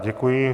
Děkuji.